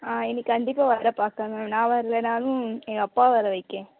ஆ இனி கண்டிப்பாக வர பாக்கிறேன் மேம் நான் வரலைனாலும் எங்கள் அப்பாவை வர வைக்கேன்